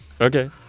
Okay